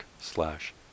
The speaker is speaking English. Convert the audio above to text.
slash